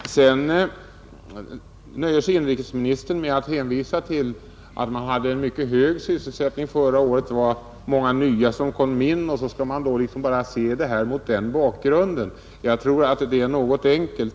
Inrikesministern nöjde sig med att hänvisa till att sysselsättningen var mycket hög förra året. Många nya kom in på arbetsmarknaden, och man skall se problemet mot den bakgrunden, sade inrikesministern. Jag tror att det är något för enkelt.